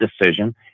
decision